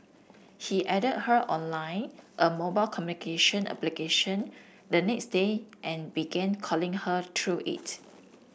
he added her on line a mobile communication application the next day and began calling her through it